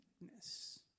weakness